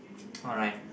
alright